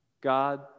God